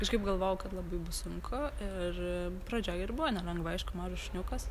kažkaip galvojau kad labai sunku ir pradžioj ir buvo nelengva aišku mažas šuniukas